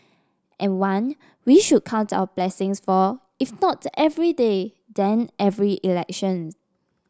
and one we should count our blessings for if not every day then every election